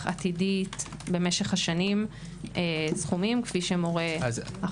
עתידית במשך השנים סכומים כפי שמורה החוק.